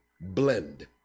blend